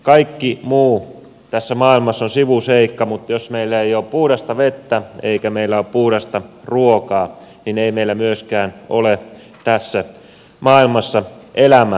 kaikki muu tässä maailmassa on sivuseikka mutta jos meillä ei ole puhdasta vettä eikä meillä ole puhdasta ruokaa niin ei meillä myöskään ole tässä maailmassa elämää